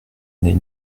n’est